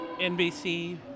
NBC